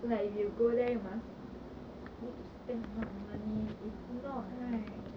like if you go there you must need to spend a lot of money if not right